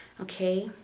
okay